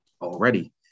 already